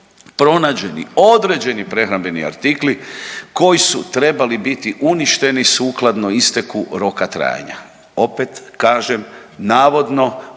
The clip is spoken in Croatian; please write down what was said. pronađeni određeni prehrambeni artikli koji su trebali biti uništeni sukladno isteku roka trajanja. Opet kažem navodno,